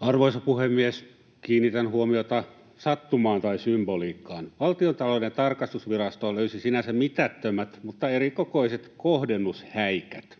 Arvoisa puhemies! Kiinnitän huomiota sattumaan tai symboliikkaan. Valtiontalouden tarkastusvirasto löysi sinänsä mitättömät mutta erikokoiset kohdennushäikät: